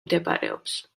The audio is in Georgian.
მდებარეობს